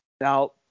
Now